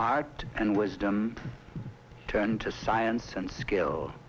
heart and wisdom turned to science and skill